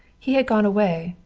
he had gone away,